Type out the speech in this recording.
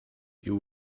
you